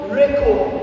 record